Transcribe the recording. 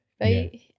right